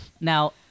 Now